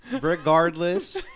Regardless